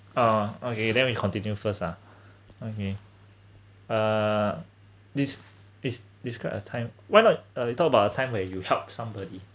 ah okay then we continue first ah okay ah this is describe a time why not uh we talk about a time where you help somebody